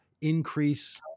increase